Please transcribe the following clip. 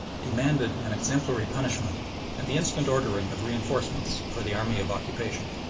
demanded an exemplary punishment and the instant ordering of reinforcements for the army of occupation.